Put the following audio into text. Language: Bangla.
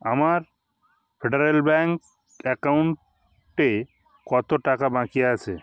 আমার ফেডারেল ব্যাঙ্ক অ্যাকাউন্টে কত টাকা বাকি আছে